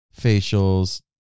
facials